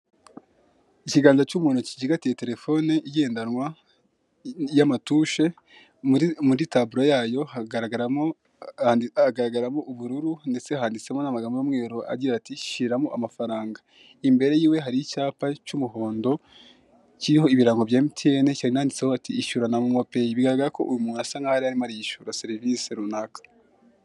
Ikiganza cy'umuntu kijigatiye telefone igendanwa,i y'amatushe muri muri taburo yayo hagaragaramo andi agararamo ubururu ndetse handitsemo n'amagamo y'umweru agira ati: shiramo amafaranga. I mbere yiwe hari icyapa cy'umuhondo kiriho ibirango bya emutiyeni, kinanditseho ati: ishyura na momopayi. Bigaragara ko uyu muntu asa nkaho arimo arishyura service runaka.